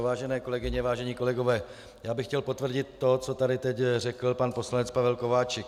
Vážené kolegyně, vážení kolegové, chtěl bych potvrdit to, co tady teď řekl pan poslanec Pavel Kováčik.